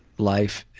life.